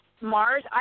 Mars